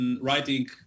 writing